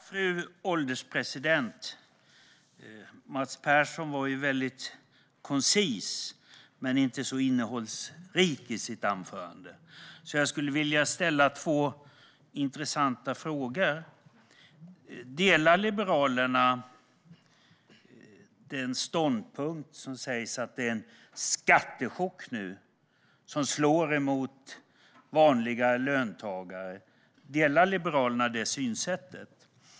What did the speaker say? Fru ålderspresident! Mats Persson var koncis men inte så innehållsrik i sitt anförande. Jag skulle därför vilja ställa två intressanta frågor. Delar Liberalerna den ståndpunkt och det synsätt där man säger att det är en skattechock som nu slår mot vanliga löntagare?